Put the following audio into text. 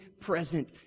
present